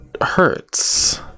hurts